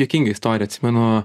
juokingą istoriją atsimenu